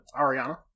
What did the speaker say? Ariana